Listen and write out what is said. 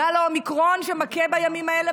גל האומיקרון שמכה בימים האלה,